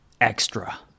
extra